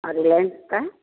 और रिलायन्स का